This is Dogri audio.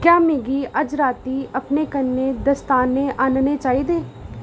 क्या मिगी अज्ज रातीं अपने कन्नै दस्ताने आह्नने चाहिदे